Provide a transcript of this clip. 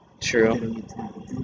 True